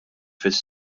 fis